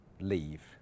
leave